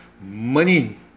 money